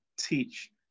teach